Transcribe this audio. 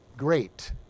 great